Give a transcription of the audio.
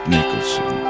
Nicholson